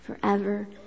forever